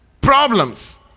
problems